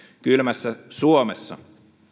kylmässä suomessa